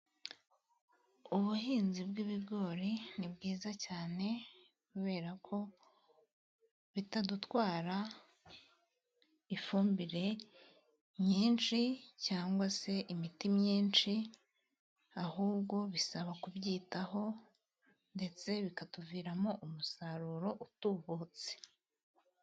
Ubuhinzi bw'ibigori ni bwiza cyane, kubera ko bitadutwara ifumbire nyinshi cyangwa se imiti myinshi, ahubwo bisaba kubyitaho, ndetse bikatuviramo umusaruro utubutse.